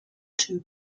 two